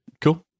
cool